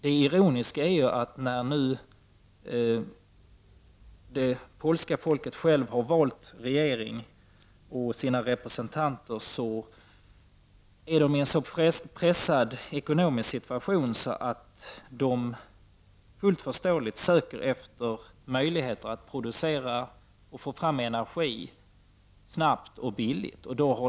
Det ironiska är att det polska folket, när man nu själv har valt sin regering och sina representanter, är i en så pressad ekonomisk situation att man, fullt förståeligt, söker efter möjligheter att producera energi snabbt och billigt.